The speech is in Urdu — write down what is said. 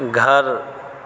گھر